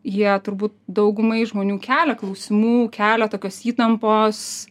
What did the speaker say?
jie turbūt daugumai žmonių kelia klausimų kelia tokios įtampos